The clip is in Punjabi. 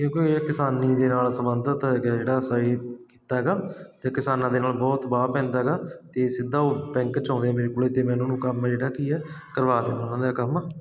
ਕਿਉਂਕਿ ਇਹ ਕਿਸਾਨੀ ਦੇ ਨਾਲ ਸੰਬੰਧਿਤ ਹੈਗਾ ਜਿਹੜਾ ਸਹੀ ਕਿੱਤਾ ਹੈਗਾ ਅਤੇ ਕਿਸਾਨਾਂ ਦੇ ਨਾਲ ਬਹੁਤ ਵਾਹ ਪੈਂਦਾ ਹੈਗਾ ਅਤੇ ਸਿੱਧਾ ਉਹ ਬੈਂਕ 'ਚੋਂ ਆਉਂਦੇ ਮੇਰੇ ਕੋਲੇ ਤੇ ਮੈਂ ਉਹਨਾਂ ਨੂੰ ਕੰਮ ਜਿਹੜਾ ਕੀ ਆ ਕਰਵਾ ਕੇ ਦਿੰਦਾ ਉਹਨਾਂ ਦਾ ਕੰਮ